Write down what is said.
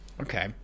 Okay